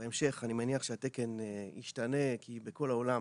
בהמשך, אני מניח שהתקן ישתנה, כי בכל העולם